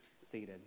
seated